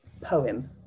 poem